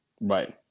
Right